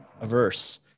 averse